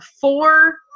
four